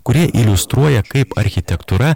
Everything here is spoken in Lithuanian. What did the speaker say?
kurie iliustruoja kaip architektūra